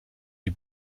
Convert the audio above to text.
die